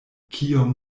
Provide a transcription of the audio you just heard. kiom